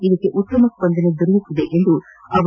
ಇದಕ್ಕೆ ಉತ್ತಮ ಸ್ಪಂದನೆ ದೊರೆಯುತ್ತಿದೆ ಎಂದರು